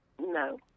No